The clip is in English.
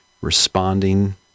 responding